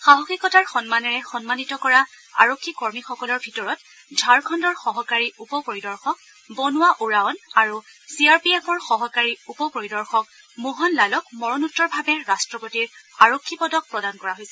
সাহসিকতাৰ সন্মানেৰে সন্মানিত কৰা আৰক্ষী কৰ্মীসকলৰ ভিতৰত ঝাৰখণ্ডৰ সহকাৰী উপ পৰিদৰ্শক বনুৱা ওৰাঅন আৰু চি আৰ পি এফৰ সহকাৰী উপ পৰিদৰ্শক মোহন লালক মৰণোত্তৰভাৱে ৰট্টপতিৰ আৰক্ষী পদক প্ৰদান কৰা হৈছে